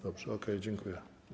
Dobrze, okej, dziękuję.